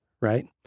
right